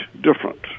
different